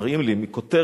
מראים לי כותרת,